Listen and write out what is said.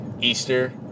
Easter